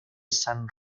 san